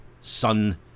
sun